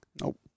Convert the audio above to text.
Nope